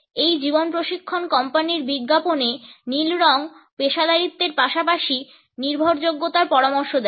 এই জীবন প্রশিক্ষণ কোম্পানির বিজ্ঞাপনে নীল রঙ পেশাদারিত্বের পাশাপাশি নির্ভরযোগ্যতার পরামর্শ দেয়